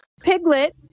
piglet